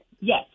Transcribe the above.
Yes